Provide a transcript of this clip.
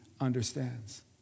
understands